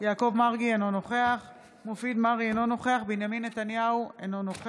יעקב מרגי, אינו נוכח מופיד מרעי, אינו נוכח